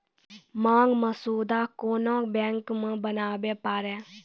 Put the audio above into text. मांग मसौदा कोन्हो बैंक मे बनाबै पारै